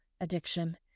addiction